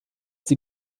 sie